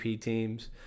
teams